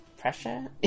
pressure